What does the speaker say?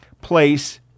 place